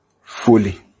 fully